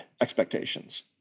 expectations